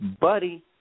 buddy